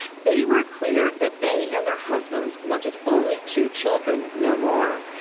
they were clear that they and their husbands wanted only two children, no more.